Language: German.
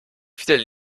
viele